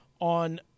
on